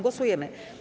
Głosujemy.